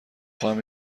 خواهم